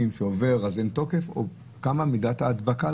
כי הזמן עובר ואין להם תוקף או מה מידת ההדבקה?